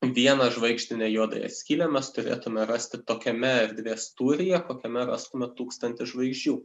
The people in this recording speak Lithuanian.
vieną žvaigždinę juodąją skylę mes turėtume rasti tokiame erdvės tūryje kokiame rastume tūkstantį žvaigždžių